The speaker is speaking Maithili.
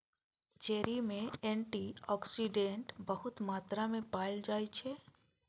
चेरी मे एंटी आक्सिडेंट बहुत मात्रा मे पाएल जाइ छै